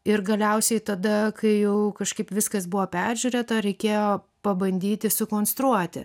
ir galiausiai tada kai jau kažkaip viskas buvo peržiūrėta reikėjo pabandyti sukonstruoti